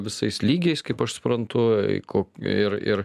visais lygiais kaip aš suprantu ko ir ir